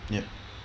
yup